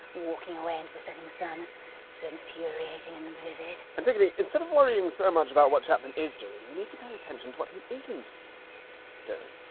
walking away into the setting sun. it's so infuriating and vivid. antigone, instead of worrying so much about what chapman is doing, we need to pay attention to what he isn't doing,